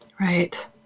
Right